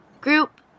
group